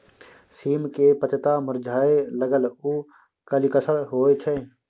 सीम के पत्ता मुरझाय लगल उ कि लक्षण होय छै?